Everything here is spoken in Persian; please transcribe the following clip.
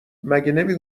نمی